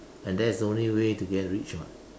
and that's the only way to get rich [what]